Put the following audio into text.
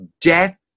death